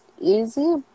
easy